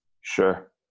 Sure